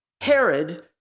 Herod